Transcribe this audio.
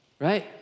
Right